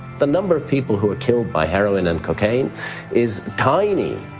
the number of people who are killed by heroin and cocaine is tiny,